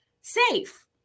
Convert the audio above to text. safe